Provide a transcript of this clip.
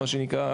מה שנקרא,